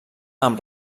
amb